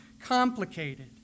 complicated